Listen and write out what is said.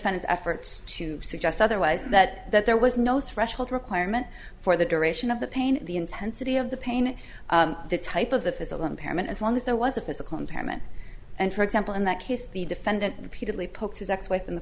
defense efforts to suggest otherwise that there was no threshold requirement for the duration of the pain the intensity of the pain the type of the physical impairment as long as there was a physical impairment and for example in that case the defendant repeatedly poked his ex wife in the